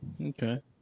Okay